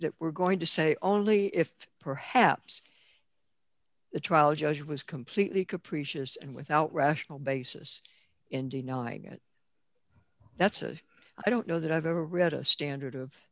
that we're going to say only if perhaps the trial judge was completely capricious and without rational basis in denying it that's a i don't know that i've ever read a standard of